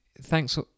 thanks